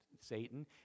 Satan